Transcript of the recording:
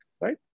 right